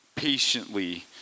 patiently